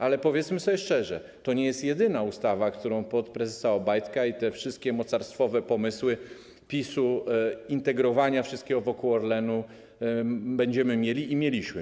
Ale powiedzmy sobie szczerze, to nie jest jedyna ustawa, którą pod prezesa Obajtka i te wszystkie mocarstwowe pomysły PiS-u integrowania wszystkiego wokół Orlenu będziemy mieli i mieliśmy.